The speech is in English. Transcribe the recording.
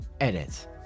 Edit